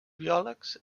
biòlegs